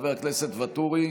חבר הכנסת ואטורי,